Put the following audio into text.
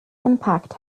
impact